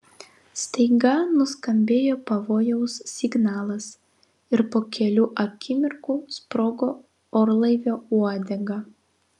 staiga nuskambėjo pavojaus signalas ir po kelių akimirkų sprogo orlaivio uodega